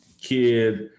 kid